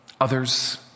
Others